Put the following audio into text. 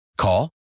Call